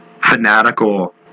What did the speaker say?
fanatical